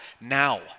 now